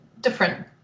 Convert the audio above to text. different